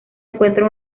encuentra